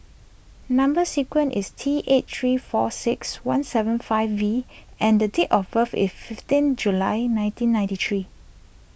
Number Sequence is T eight three four six one seven five V and date of birth is fifteen July nineteen ninety three